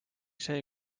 see